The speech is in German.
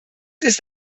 ist